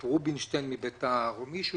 את רובינשטיין מביתר או מישהו